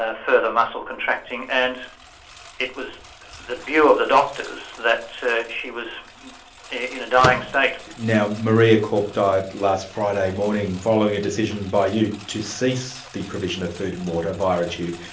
ah further muscle contracting, and it was the view of the doctors that she was in a dying state. now maria korp died last friday morning, following a decision by you to cease the provision of food and water via a tube.